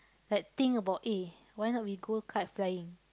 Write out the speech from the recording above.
like think about eh why not we go kite flying